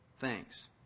thanks